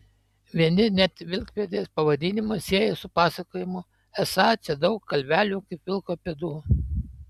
vieni net vilkpėdės pavadinimą sieja su pasakojimu esą čia daug kalvelių kaip vilko pėdų